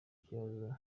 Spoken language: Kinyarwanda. kibazo